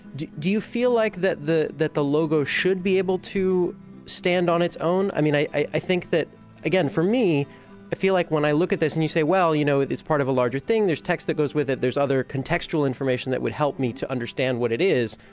do do you feel like that the that the logo should be able to stand on its own? i mean, i i think that again, for me, i feel like when i look at this, and you say, well, you know it's part of a larger thing, there's text that goes with it. there's other contextual information that would help me to understand what it is,